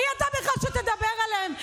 מי אתה בכלל שתדבר אליהם?